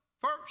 first